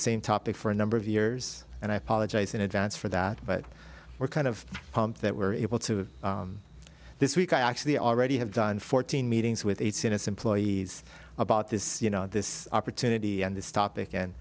same topic for a number of years and i apologize in advance for that but we're kind of that were able to this week i actually already have done fourteen meetings with its employees about this you know this opportunity and this topic and